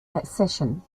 accession